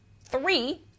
three